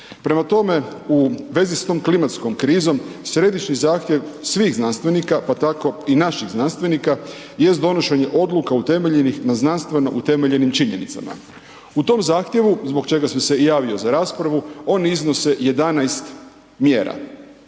Prema tome, u vezi sa tom klimatskom krizom, središnji zahtjev svih znanstvenika pa tako i naših znanstvenika jest donošenje odluka utemeljenih na znanstveno utemeljenim činjenicama. U tom zahtjevu zbog čega sam se i javio za raspravu, oni iznose 11 mjera.